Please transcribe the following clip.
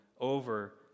over